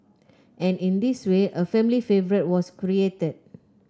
and in this way a family favourite was created